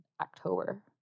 October